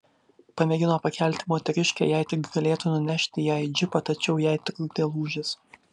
pamėgino pakelti moteriškę jei tik galėtų nunešti ją į džipą tačiau jai trukdė lūžis